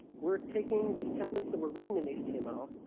we're taking the templates that were written in in html,